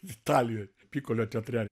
italijoj pikolio teatre